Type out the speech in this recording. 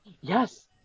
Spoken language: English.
Yes